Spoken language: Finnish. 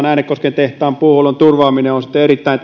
äänekosken tehtaan puuhuollon turvaaminen on erittäin